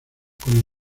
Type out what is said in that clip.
con